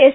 S